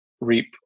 reap